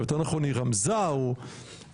או יותר נכון היא רמזה או הסתייגה,